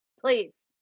please